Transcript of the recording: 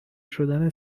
شدن